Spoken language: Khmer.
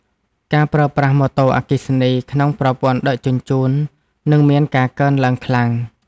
ការប្រើប្រាស់ម៉ូតូអគ្គិសនីក្នុងប្រព័ន្ធដឹកជញ្ជូន នឹងមានការកើនឡើងខ្លាំង។